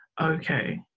okay